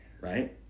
Right